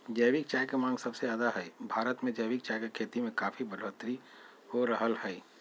जैविक चाय के मांग सबसे ज्यादे हई, भारत मे जैविक चाय के खेती में काफी बढ़ोतरी हो रहल हई